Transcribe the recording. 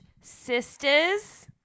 sisters